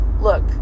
look